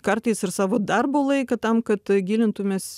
kartais ir savo darbo laiką tam kad gilintumės